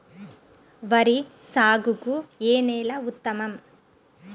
వరి సాగుకు ఏ నేల ఉత్తమం?